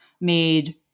made